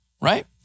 right